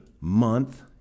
month